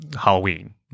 Halloween